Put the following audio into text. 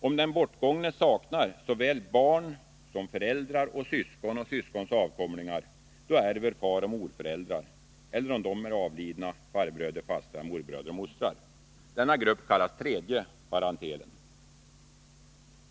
Om den bortgångne saknar såväl barn som föräldrar och syskon och syskons avkomlingar, ärver faroch morföräldrar eller, om de är avlidna, farbröder, fastrar, morbröder och mostrar. Denna grupp kallas tredje parentelen.